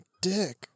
dick